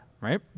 right